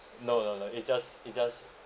no no no it just it just